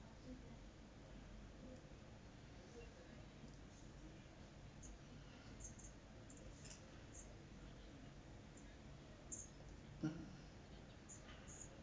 mm